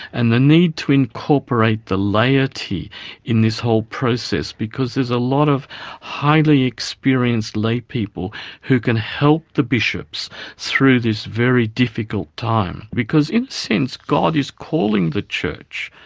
and the need to incorporate the laity in this whole process, because there's a lot of highly experienced lay people who can help the bishops through this very difficult time. because in a sense, god is calling the church,